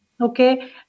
okay